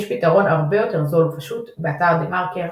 יש פתרון הרבה יותר זול ופשוט, באתר TheMarker,